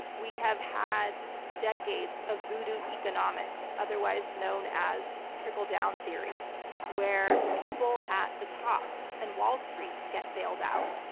we have had decades of voodoo economics, otherwise known as trickle-down theory where the people at the top and wall street get bailed out,